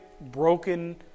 broken